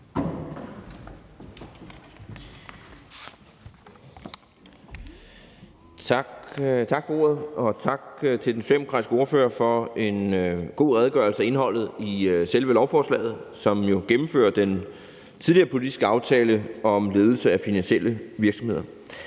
Tak for ordet, og tak til den socialdemokratiske ordfører for en god redegørelse af indholdet i selve lovforslaget, som jo gennemfører den tidligere politiske aftale om ledelse af finansielle virksomheder.